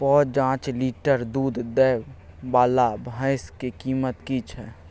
प जॉंच लीटर दूध दैय वाला भैंस के कीमत की हय?